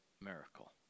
miracle